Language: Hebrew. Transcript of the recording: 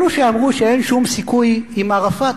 אלו שאמרו שאין שום סיכוי עם ערפאת,